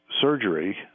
Surgery